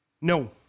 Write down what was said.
No